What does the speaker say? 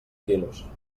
quilos